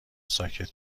ساکت